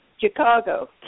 Chicago